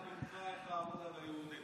הוא למד ממך איך לעבוד על היהודים.